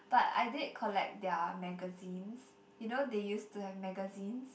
but I did collect their magazines you know they used to have magazines